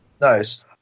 nice